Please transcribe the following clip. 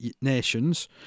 nations